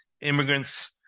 immigrants